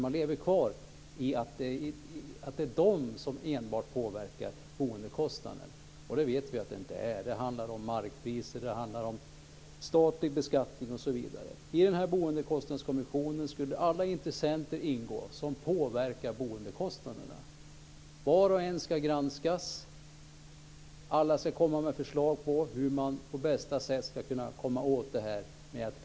Man lever kvar i tron att enbart byggkostnaderna påverkar boendekostnaden. Så vet vi att det inte är. Det handlar om markpriser, statlig beskattning osv. I boendekostnadskommissionen skulle alla intressenter som påverkar boendekostnaderna ingå. Var och en ska granskas. Alla ska komma med förslag på hur man på bästa sätt ska komma åt boendekostnaderna.